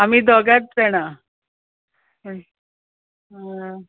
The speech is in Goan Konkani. आमी दोगात जाणां आं